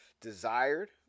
desired